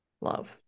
love